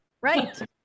Right